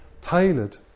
tailored